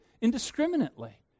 indiscriminately